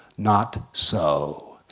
not so.